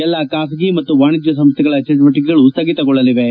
ಎಲ್ಲಾ ಬಾಸಗಿ ಮತ್ತು ವಾಣಿಜ್ಯ ಸಂಸ್ಥೆಗಳ ಚಟುವಟಿಕೆಗಳು ಸ್ಥಗಿತಗೊಳ್ಳಲಿವೆ